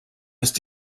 ist